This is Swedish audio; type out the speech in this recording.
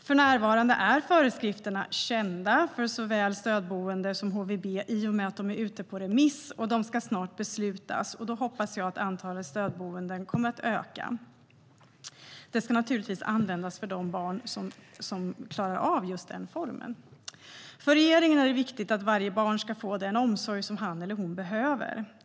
För närvarande är föreskrifterna kända för såväl stödboenden som HVB i och med att de är ute på remiss och snart ska beslutas. Då hoppas jag att antalet stödboenden kommer att öka. De ska naturligtvis användas för de barn som klarar av just den formen. För regeringen är det viktigt att varje barn ska få den omsorg som han eller hon behöver.